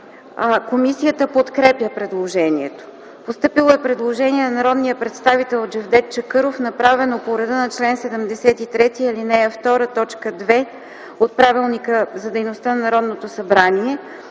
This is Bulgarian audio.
Комисията подкрепя предложението. Постъпило е предложение от народния представител Джевдет Чакъров, направено по реда на чл. 73, ал. 2, т. 2 от Правилника за дейността на Народното събрание,